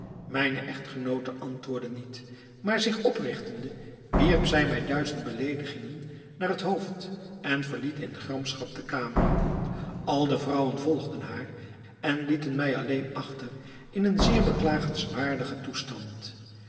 mijne echtgenoote antwoordde niet maar zich oprigtende wierp zij mij duizend beleedigingen naar het hoofd en verliet in gramschap de kamer al de vrouwen volgden haar en lieten mij alleen achter in een zeer beklagenswaardigen toestand